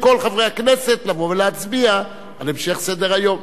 כל חברי הכנסת לבוא ולהצביע על המשך סדר-היום,